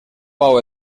pau